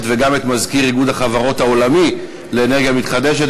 וגם את מזכיר איגוד החברות העולמי לאנרגיה מתחדשת,